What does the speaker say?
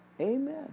Amen